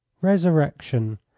Resurrection